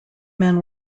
men